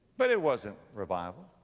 but it wasn't revival.